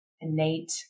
innate